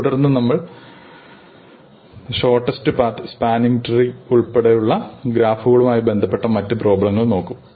തുടർന്ന് നമ്മൾ shortest path spanning tree ഉൾപ്പെടെ ഗ്രാഫുകളുമായി ബന്ധപ്പെട്ട മറ്റു പ്രോബ്ലങ്ങൾ നോക്കും